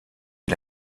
est